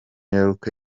york